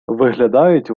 виглядають